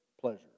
pleasure